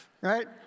Right